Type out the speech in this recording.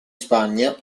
spagna